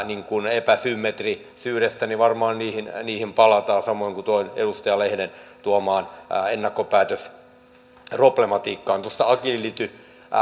epäsymmetrisyydestä niin varmaan niihin niihin palataan samoin kuin edustaja lehden tuomaan ennakkopäätösproblematiikkaan tuosta agility